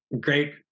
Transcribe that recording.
great